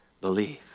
believe